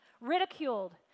ridiculed